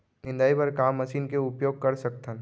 निंदाई बर का मशीन के उपयोग कर सकथन?